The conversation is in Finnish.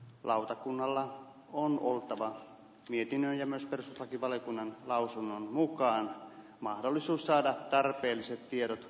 lautakunnalla on kuultava mietinnön ja masters lakivaliokunnan lausunnon mukaan mahdollisuus saada tarpeelliset tiedot